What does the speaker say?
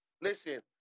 Listen